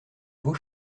vau